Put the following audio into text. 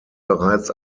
bereits